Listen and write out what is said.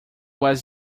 was